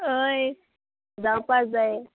होय जावपा जाय